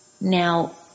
Now